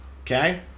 Okay